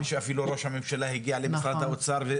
שאפילו ראש הממשלה הגיע למשרד האוצר.